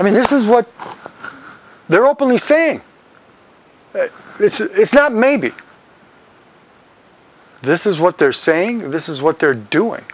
i mean this is what they're openly saying it's not maybe this is what they're saying this is what they're doing